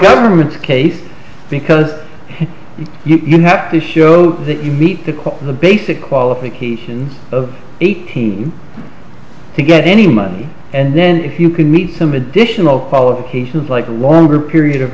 government case because you have to show that you meet the cost of the basic qualification of eighteen to get any money and then if you can meet him additional qualifications like a longer period of